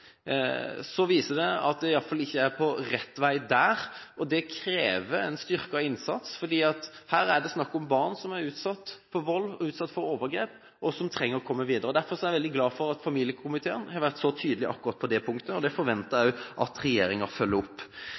viser det at en i alle fall ikke er på rett vei der. Det krever en styrket innsats fordi her er det snakk om barn som er utsatt for vold og overgrep, og som trenger å komme videre. Derfor er jeg veldig glad for at familiekomiteen har vært så tydelig akkurat på det punktet, og det forventer jeg også at regjeringen følger opp.